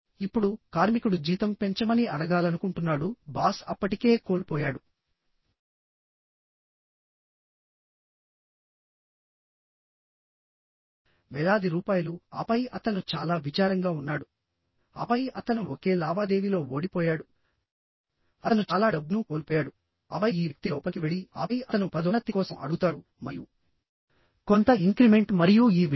ఇప్పుడు కార్మికుడు జీతం పెంచమని అడగాలనుకుంటున్నాడు బాస్ అప్పటికే కోల్పోయాడు వేలాది రూపాయలు ఆపై అతను చాలా విచారంగా ఉన్నాడు ఆపై అతను ఒకే లావాదేవీలో ఓడిపోయాడు అతను చాలా డబ్బును కోల్పోయాడు ఆపై ఈ వ్యక్తి లోపలికి వెళ్లి ఆపై అతను పదోన్నతి కోసం అడుగుతాడు మరియు కొంత ఇంక్రిమెంట్ మరియు ఈ విషయం